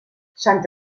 sant